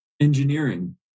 engineering